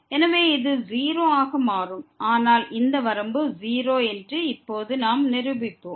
எனவே இது 0 ஆக மாறும் ஆனால் இந்த வரம்பு 0 என்று இப்போது நாம் நிரூபிப்போம்